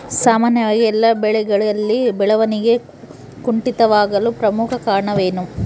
ಸಾಮಾನ್ಯವಾಗಿ ಎಲ್ಲ ಬೆಳೆಗಳಲ್ಲಿ ಬೆಳವಣಿಗೆ ಕುಂಠಿತವಾಗಲು ಪ್ರಮುಖ ಕಾರಣವೇನು?